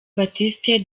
baptiste